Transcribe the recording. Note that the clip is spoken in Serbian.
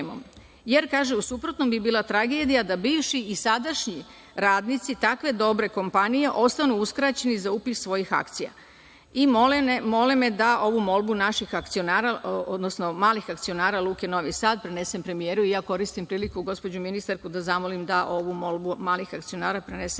jer kažu, u suprotnom bi bila tragedija da bivši i sadašnji radnici takve dobre kompanije ostanu uskraćeni za upis svojih akcija. I, mole me da ovu molbu naših akcionara, odnosno malih akcionara Luke Novi Sad prenesem premijeru, i ja koristim priliku gospođu ministarku da zamolim da ovu molbu malih akcionara prenese